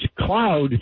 cloud